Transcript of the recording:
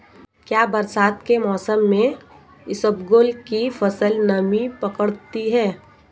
क्या बरसात के मौसम में इसबगोल की फसल नमी पकड़ती है?